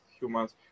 humans